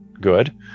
good